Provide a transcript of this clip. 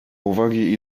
uwagi